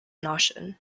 notion